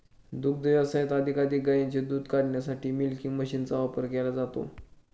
दुग्ध व्यवसायात अधिकाधिक गायींचे दूध काढण्यासाठी मिल्किंग मशीनचा वापर केला जातो